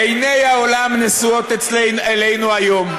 עיני העולם נשואות אלינו היום,